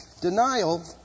Denial